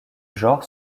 genre